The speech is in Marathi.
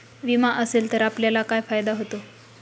विमा असेल तर आपल्याला काय फायदा होतो?